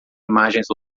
imagens